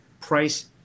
price